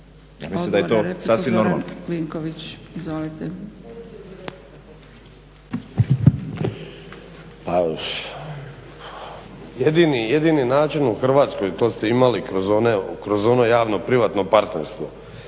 se ne razumije./… Jedini, jedini način u Hrvatskoj, to ste imali kroz ono javno privatno partnerstvo